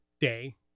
Day